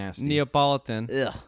Neapolitan